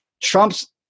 Trump's